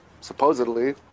supposedly